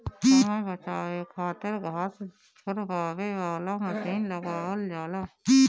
समय बचावे खातिर घास झुरवावे वाला मशीन लगावल जाला